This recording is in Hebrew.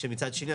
שמצד שני,